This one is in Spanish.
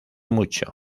mucho